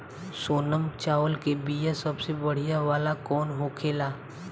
सोनम चावल के बीया सबसे बढ़िया वाला कौन होखेला?